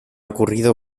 ocurrido